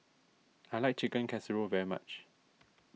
I like Chicken Casserole very much